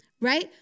right